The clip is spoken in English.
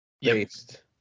based